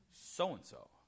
so-and-so